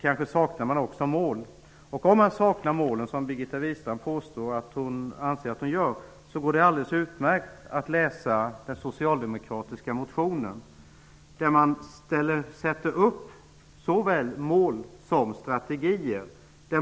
Man saknar kanske också mål. Om man saknar målen, vilket Birgitta Wistrand påstår att hon gör, går det alldeles utmärkt att läsa den socialdemokratiska motionen. Där sätts det upp såväl mål som strategier.